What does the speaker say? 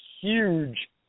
huge